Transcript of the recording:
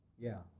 yeah.